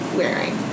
wearing